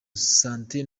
santé